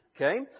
Okay